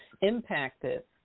impacted